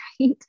right